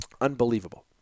Unbelievable